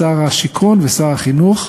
שר השיכון ושר החינוך,